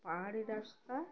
পাহাড়ি রাস্তা